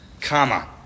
comma